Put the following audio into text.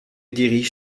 dirige